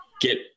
get